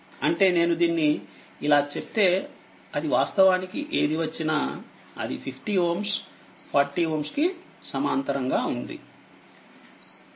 అంటేనేను దీన్ని ఇలా చేస్తేఅది వాస్తవానికి ఏదివచ్చినా అది50Ω40Ωకి సమాంతరంగాఉంది